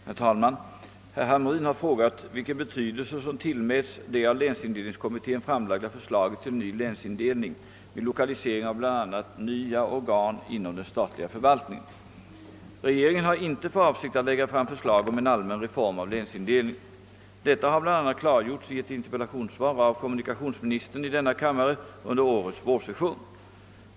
Herr talman! Herr Hamrin i Kalmar har frågat vilken betydelse som tillmäts det av länsindelningskommittén framlagda förslaget till ny länsindelning vid lokalisering av bl.a. nya organ inom den statliga förvaltningen. Regeringen har inte för avsikt att lägga fram förslag om en allmän reform av länsindelningen. Detta har bl.a. klargjorts i ett interpellationssvar av kommunikationsministern i denna kammare under årets vårsession.